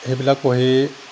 সেইবিলাক পঢ়ি